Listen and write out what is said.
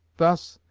thus,